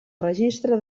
registre